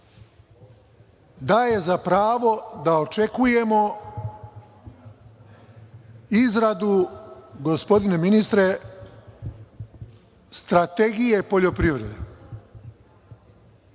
daje za pravo da očekujemo izradu, gospodine ministre, strategije poljoprivrede.